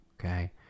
Okay